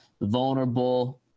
vulnerable